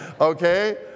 Okay